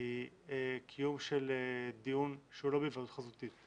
היא קיום של דיון שהוא לא בהיוועדות חזותית.